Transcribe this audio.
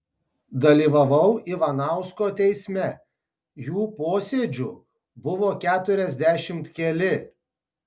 dalyvavau ivanausko teisme jų posėdžių buvo keturiasdešimt keli